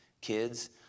kids